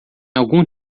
algum